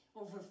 over